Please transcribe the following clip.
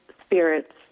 spirits